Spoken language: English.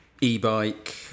e-bike